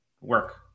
work